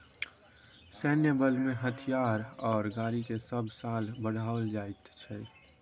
सैन्य बलमें हथियार आओर गाड़ीकेँ सभ साल बढ़ाओल जाइत छै